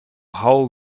how